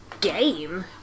game